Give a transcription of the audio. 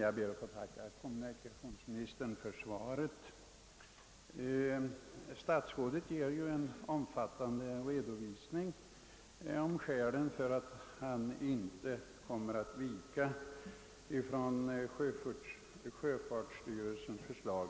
Jag ber att få tacka kommunikationsministern för svaret på min interpellation. Statsrådet ger en omfattande redovisning av skälen för att han inte kommer att avvika från sjöfartsstyrelsens förslag.